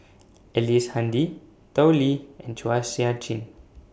Ellice Handy Tao Li and Chua Sian Chin